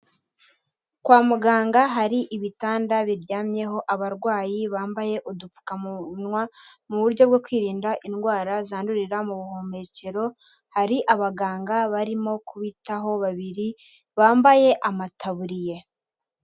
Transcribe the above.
Kwa muganga hari ibitanda biryamyeho abarwayi bambaye udupfukamunwa, mu buryo bwo kwirinda indwara zandurira mu buhumekero, hari abaganga barimo kubitaho babiri bambaye amataburiye.